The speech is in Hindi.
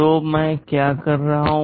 तो मैं क्या कर रहा हूं